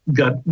got